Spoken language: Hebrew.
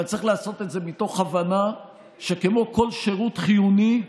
אבל צריך לעשות את זה מתוך הבנה שכמו כל שירות חיוני,